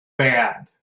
bad